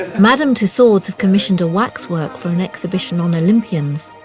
madame tussauds have commissioned a waxwork for an exhibition on olympians,